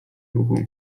ruchu